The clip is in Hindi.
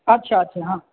अच्छा अच्छा हाँ